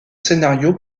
scénario